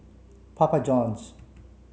Papa Johns